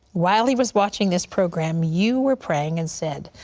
while he was watching this program, you were praying and said,